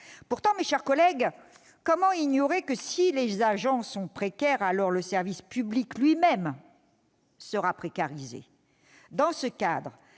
Pourtant, mes chers collègues, comment ignorer que, si les agents sont précaires, le service public lui-même sera précarisé ?